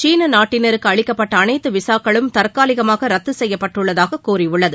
சீன நாட்டினருக்கு அளிக்கப்பட்ட அனைத்து விசாக்களும் தற்காலிகமாக ரத்து செய்யப்பட்டுள்ளதாக கூறியுள்ளது